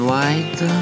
White